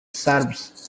serves